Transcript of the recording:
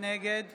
נגד